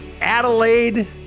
Adelaide